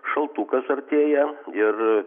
šaltukas artėja ir